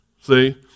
see